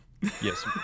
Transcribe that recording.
Yes